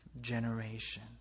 generation